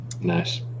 Nice